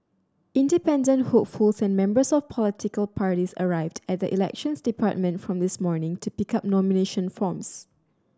independent hopefuls and members of political parties arrived at the Elections Department from this morning to pick up nomination forms